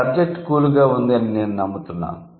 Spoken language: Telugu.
ఈ సబ్జెక్టు 'కూల్' గా ఉంది అని నేను నమ్ముతున్నాను